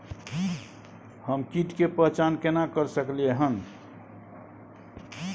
हम कीट के पहचान केना कर सकलियै हन?